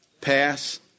pass